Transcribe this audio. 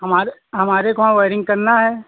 हमारे हमारे को वहाँ वयरिंग करना है